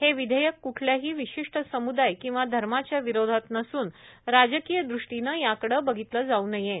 हे विषेयक कुठल्याही विशिष्ट समुदाय किंवा धर्माच्या विरोधात नसून राजक्रीय दृष्टीनं याकडं बघितलं जाऊ नये